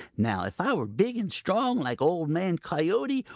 now if i were big and strong, like old man coyote,